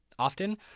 Often